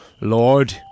Lord